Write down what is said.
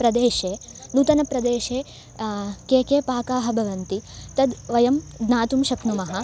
प्रदेशे नूतनप्रदेशे के के पाकाः भवन्ति तद् वयं ज्ञातुं शक्नुमः